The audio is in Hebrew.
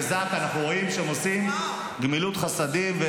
בזק"א אנחנו רואים שהם עושים גמילות חסדים.